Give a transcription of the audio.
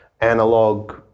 analog